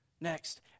Next